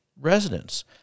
residents